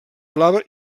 blava